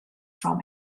from